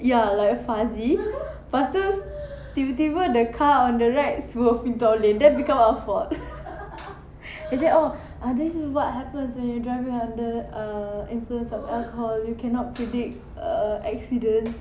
ya like fuzzy but still tiba-tiba the car on the right swerve into our lane then become our fault they say oh this is what happens when you driving under err influence of alcohol you cannot predict err accident